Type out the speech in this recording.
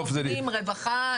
רווחה,